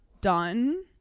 done